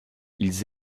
ils